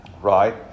Right